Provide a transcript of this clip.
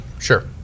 Sure